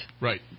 Right